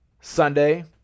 Sunday